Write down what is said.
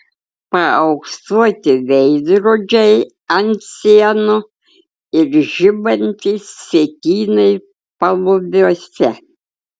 paauksuoti veidrodžiai ant sienų ir žibantys sietynai palubiuose